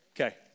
Okay